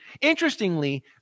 Interestingly